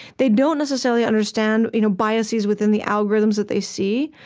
they don't necessarily understand you know biases within the algorithms that they see.